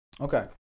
Okay